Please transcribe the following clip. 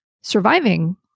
surviving